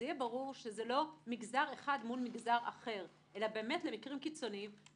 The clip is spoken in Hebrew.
שיהיה ברור שזה לא מגזר אחד מול אחר אלא באמת למקרים קיצוניים,